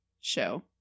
show